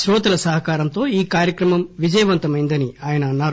క్రోతల సహకారంతో ఈ కార్యక్రమం విజయవంతమైందని ఆయన అన్నారు